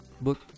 Book